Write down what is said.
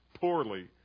poorly